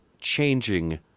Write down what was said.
changing